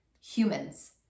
humans